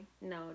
no